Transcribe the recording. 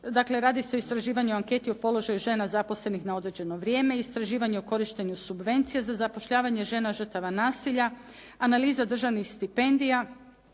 Dakle, radi se o istraživanju anketi o položaju žena zaposlenih na određeno vrijeme, istraživanju o korištenju subvencija za zapošljavanje žena žrtava nasilja, analiza državnih stipendija,